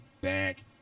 back